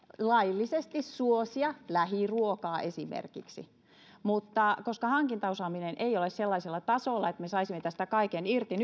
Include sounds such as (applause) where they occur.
laillisesti esimerkiksi suosia lähiruokaa mutta koska hankintaosaaminen ei ole sellaisella tasolla että me saisimme tästä nykylainsäädännöstä kaiken irti (unintelligible)